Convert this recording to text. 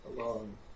alone